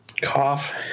cough